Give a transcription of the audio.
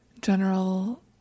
General